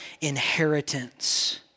inheritance